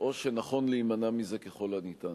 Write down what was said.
או שנכון להימנע מזה ככל הניתן.